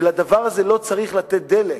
ולדבר הזה לא צריך לתת דלק,